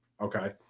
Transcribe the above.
Okay